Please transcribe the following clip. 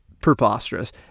preposterous